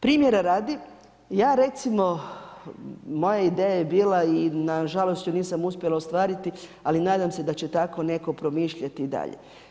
Primjera radi, ja recimo, moja ideja je bila i nažalost ju nisam uspjela ostvariti, ali nadam se da će tako netko promišljati i dalje.